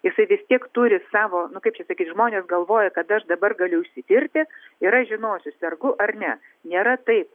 jisai vis tiek turi savo nu kaip čia sakyt žmonės galvoja kad aš dabar galiu išsitirti ir aš žinosiu sergu ar ne nėra taip